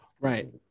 Right